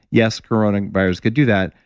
yes, coronavirus could do that.